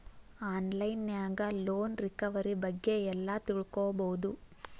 on line ನ್ಯಾಗ loan recovery ಬಗ್ಗೆ ಎಲ್ಲಾ ತಿಳ್ಕೊಬೊದು